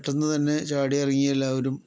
പെട്ടന്ന് തന്നെ ചാടി ഇറങ്ങി എല്ലാവരും